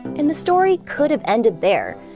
and the story could have ended there,